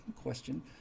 question